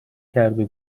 کردو